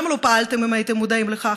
למה לא פעלתם אם הייתם מודעים לכך?